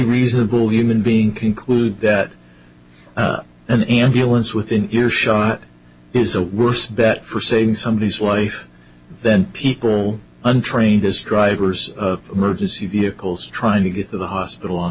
reasonable human being conclude that an ambulance within earshot is a worse bet for saving somebodies life then people untrained as drivers of emergency vehicles trying to get to the hospital on